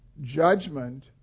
judgment